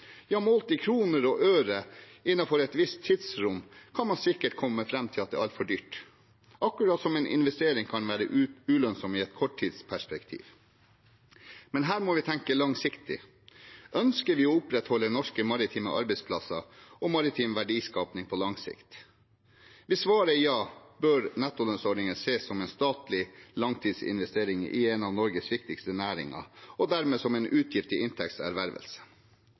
Ja, målt i kroner og øre innenfor et visst tidsrom kan man sikkert komme fram til at det er altfor dyrt, akkurat som en investering kan være ulønnsom i et korttidsperspektiv, men her må vi tenke langsiktig. Ønsker vi å opprettholde norske maritime arbeidsplasser og maritim verdiskaping på lang sikt? Hvis svaret er ja, bør nettolønnsordningen ses som en statlig langtidsinvestering i en av Norges viktigste næringer og dermed som en utgift